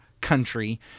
country